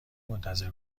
منتظر